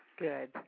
Good